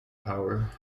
power